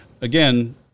again